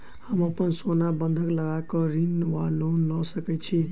हम अप्पन सोना बंधक लगा कऽ ऋण वा लोन लऽ सकै छी?